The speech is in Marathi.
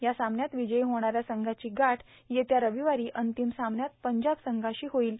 या सामन्यात विजयी होणाऱ्या संघाची गाठ येत्या रविवारी अंतिम सामन्यात पंजाब संघाशी होईल